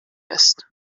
ist